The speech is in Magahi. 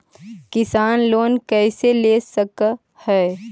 किसान लोन कैसे ले सक है?